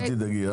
אל תדאגי.